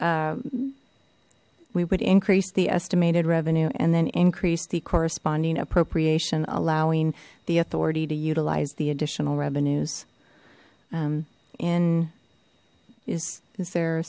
we would increase the estimated revenue and then increase the corresponding appropriation allowing the authority to utilize the additional revenues in is is there a